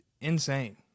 Insane